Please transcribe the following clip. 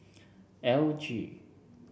L G